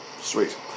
sweet